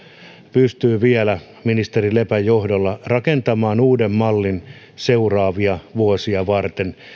pystyy vielä ministeri lepän johdolla rakentamaan uuden mallin seuraavia vuosia varten